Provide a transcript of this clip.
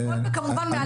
הכל מהלב, כמובן.